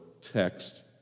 text